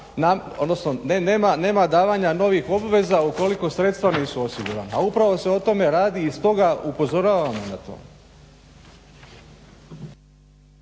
da nema davanja novih obveza ukoliko sredstva nisu osigurana, a upravo se o tome radi i stoga upozoravam na to.